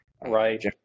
right